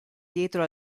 dietro